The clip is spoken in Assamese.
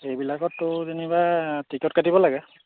এইবিলাকত তোৰ যেনিবা টিকট কাটিব লাগে